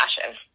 fashion